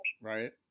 Right